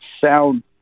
sound